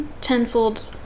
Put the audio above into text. tenfold